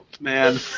man